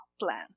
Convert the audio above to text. plan